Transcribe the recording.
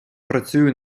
працюю